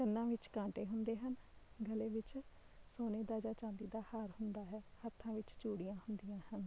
ਕੰਨਾਂ ਵਿੱਚ ਕਾਂਟੇ ਹੁੰਦੇ ਹਨ ਗਲੇ ਵਿੱਚ ਸੋਨੇ ਦਾ ਜਾਂ ਚਾਂਦੀ ਦਾ ਹਾਰ ਹੁੰਦਾ ਹੈ ਹੱਥਾਂ ਵਿੱਚ ਚੂੜੀਆਂ ਹੁੰਦੀਆਂ ਹਨ